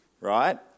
right